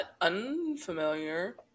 unfamiliar